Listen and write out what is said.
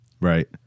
right